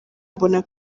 mbona